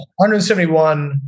171